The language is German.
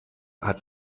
hat